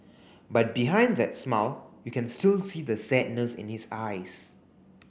but behind that smile you can still see the sadness in his eyes